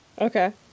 Okay